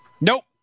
Nope